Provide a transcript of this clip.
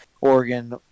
Oregon